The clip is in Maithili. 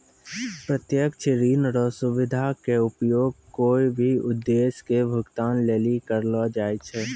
प्रत्यक्ष ऋण रो सुविधा के उपयोग कोय भी उद्देश्य के भुगतान लेली करलो जाय छै